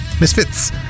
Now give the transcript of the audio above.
Misfits